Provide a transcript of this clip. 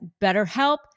BetterHelp